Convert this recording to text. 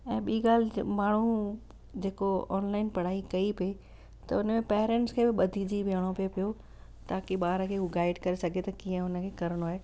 ऐं ॿी ॻाल्हि माण्हू जेको ऑनलाइन पढ़ाई कई बि त उन में पैरेंट्स खे बि ॿधजी वेहणो पए पियो ताक़ी ॿार खे उहे गाइड करे सघे त कीअं उन खे करिणो आहे